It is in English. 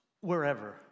wherever